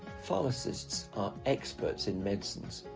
pharmacists are experts in medicines,